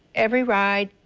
every ride,